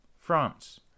France